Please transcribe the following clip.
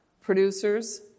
producers